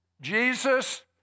Jesus